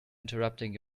interrupting